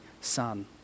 Son